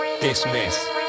Dismiss